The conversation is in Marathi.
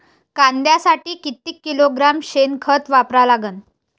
कांद्यासाठी किती किलोग्रॅम शेनखत वापरा लागन?